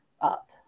up